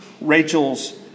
Rachel's